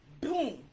boom